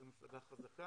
יש לו מפלגה חזקה,